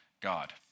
God